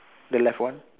the left one